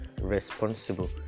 responsible